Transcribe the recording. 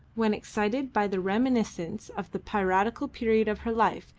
when excited by the reminiscences of the piratical period of her life,